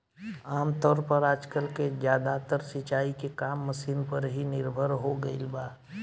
आमतौर पर आजकल के ज्यादातर सिंचाई के काम मशीन पर ही निर्भर हो गईल बा